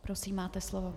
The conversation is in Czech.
Prosím, máte slovo.